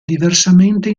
diversamente